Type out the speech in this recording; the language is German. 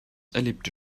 erlebte